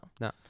no